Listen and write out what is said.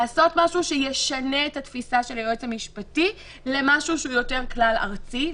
לעשות משהו שישנה את התפיסה של היועץ המשפטי למשהו שהוא יותר כלל ארצי.